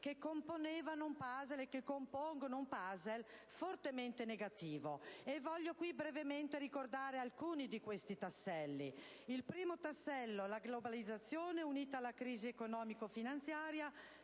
e compongono un *puzzle* fortemente negativo. Voglio qui brevemente ricordarne alcuni. In primo luogo, la globalizzazione, unita alla crisi economico-finanziaria,